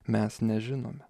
mes nežinome